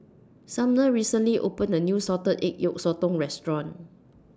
Sumner recently opened A New Salted Egg Yolk Sotong Restaurant